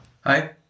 Hi